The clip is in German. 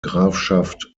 grafschaft